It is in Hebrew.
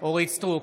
אורית מלכה סטרוק,